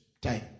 time